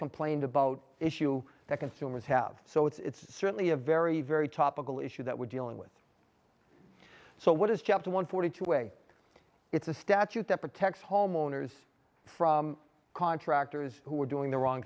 complained about issue that consumers have so it's certainly a very very topical issue that we're dealing with so what is chapter one forty two way it's a statute that protects homeowners from contractors who are doing the wrong